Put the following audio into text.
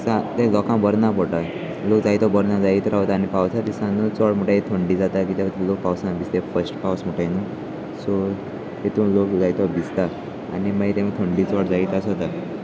तें लोकांक बरो ना पोटा लोक जायतो तो बरना जायत रावता आनी पावसा दिसा नू चड म्हुटाय थंडी जाता कित्या खातीर लोक पावसान भिजता फस्ट पावस म्हुट न्हू सो तेतून लोक जायतो भिजता आनी मागीर ते थंडी चोड जायत आसोता